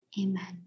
Amen